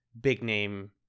big-name